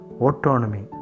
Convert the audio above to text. autonomy